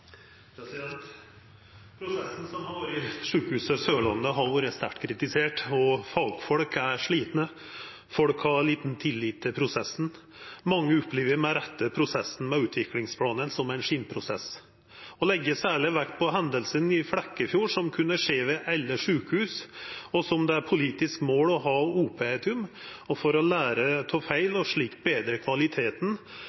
Prosessen som har vore på Sørlandet sjukehus, har vore sterkt kritisert. Og fagfolk er slitne, folk har liten tillit til prosessen. Mange opplever med rette prosessen med utviklingsplanane som ein skinnprosess. Å leggja særleg vekt på hendinga i Flekkefjord, som kunne skjedd ved alle sjukehus, og som det er eit politisk mål å ha openheit om for å læra av